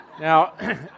Now